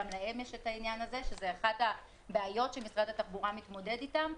גם להם יש את העניין הזה שזו אחת הבעיות שמשרד התחבורה מתמודד איתה,